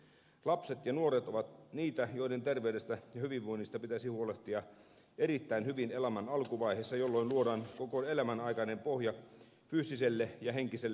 lapset ja nuoret ovat niitä joiden terveydestä ja hyvinvoinnista pitäisi huolehtia erittäin hyvin elämän alkuvaiheessa jolloin luodaan koko elämän aikainen pohja fyysiselle ja henkiselle hyvinvoinnille